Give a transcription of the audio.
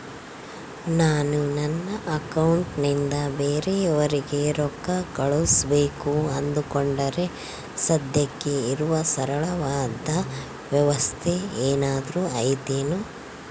ನಾನು ನನ್ನ ಅಕೌಂಟನಿಂದ ಬೇರೆಯವರಿಗೆ ರೊಕ್ಕ ಕಳುಸಬೇಕು ಅಂದುಕೊಂಡರೆ ಸದ್ಯಕ್ಕೆ ಇರುವ ಸರಳವಾದ ವ್ಯವಸ್ಥೆ ಏನಾದರೂ ಐತೇನು?